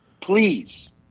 Please